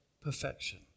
perfection